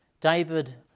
David